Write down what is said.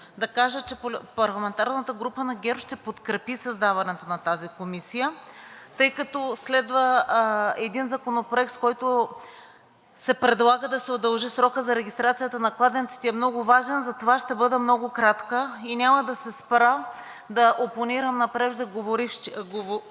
да кажа, че парламентарната група на ГЕРБ-СДС ще подкрепи създаването на тази комисия, тъй като следва един Законопроект, с който се предлага да се удължи срокът за регистрацията на кладенците, и е много важен. Затова ще бъда много кратка и няма да се спра да опонирам на преждеговорившите